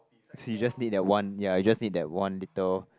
so you just need that one ya you just need that one little